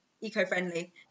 eco-friendly